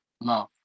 love